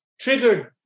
triggered